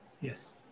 yes